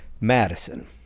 Madison